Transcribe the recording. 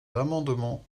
l’amendement